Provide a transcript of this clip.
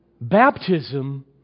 baptism